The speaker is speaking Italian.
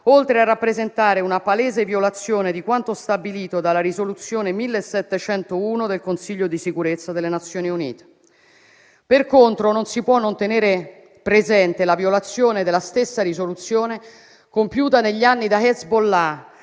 oltre a rappresentare una palese violazione di quanto stabilito dalla risoluzione n. 1701 del Consiglio di sicurezza delle Nazioni Unite. Per contro, non si può non tenere presente la violazione della stessa risoluzione compiuta negli anni da Hezbollah,